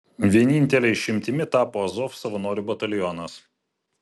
vienintele išimtimi tapo azov savanorių batalionas